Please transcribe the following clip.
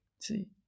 See